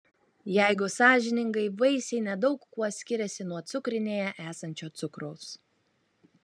jeigu sąžiningai vaisiai nedaug kuo skiriasi nuo cukrinėje esančio cukraus